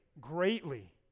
greatly